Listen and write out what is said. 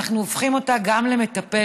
אנחנו הופכים אותה גם למטפלת?